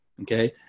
Okay